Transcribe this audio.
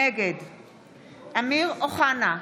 נגד אמיר אוחנה,